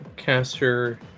caster